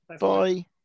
bye